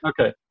Okay